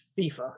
fifa